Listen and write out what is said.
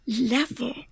level